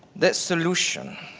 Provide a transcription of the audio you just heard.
the solution.